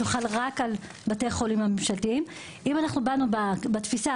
שחלים רק על בתי החולים הממשלתיים - אם באנו בתפיסה